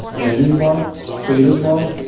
menubar, statusbar,